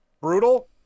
brutal